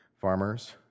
Farmers